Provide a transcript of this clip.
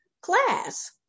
class